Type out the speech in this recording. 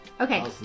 Okay